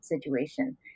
situation